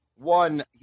One